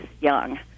young